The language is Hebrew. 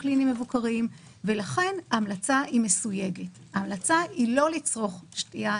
אומר לגבי העמדה שלכם: